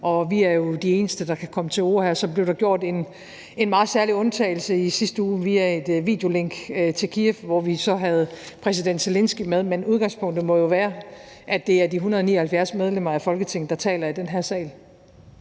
vi er jo de eneste, der kan komme til orde her. Så blev der gjort en meget særlig undtagelse i sidste uge via et videolink til Kyiv, hvor vi så havde præsident Zelenskyj med, men udgangspunktet må jo være, at det er de 179 medlemmer af Folketinget, der taler i den her sal.